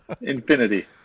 Infinity